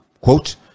quote